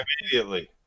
immediately